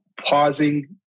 pausing